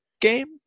game